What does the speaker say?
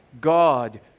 God